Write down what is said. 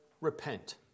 repent